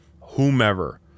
whomever